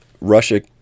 Russia